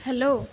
hello